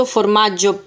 Formaggio